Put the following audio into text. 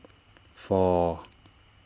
four